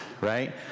right